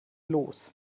los